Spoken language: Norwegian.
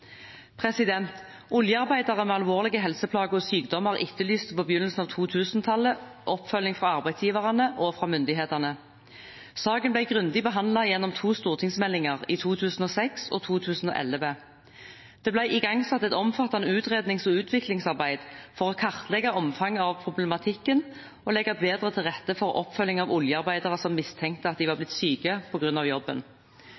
Oljearbeidere med alvorlige helseplager og sykdommer etterlyste på begynnelsen av 2000-tallet oppfølging fra arbeidsgiverne og fra myndighetene. Saken ble grundig behandlet i to stortingsmeldinger, i 2006 og 2011. Det ble igangsatt et omfattende utrednings- og utviklingsarbeid for å kartlegge omfanget av problematikken og legge bedre til rette for oppfølging av oljearbeidere som mistenkte at de var